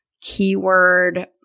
keyword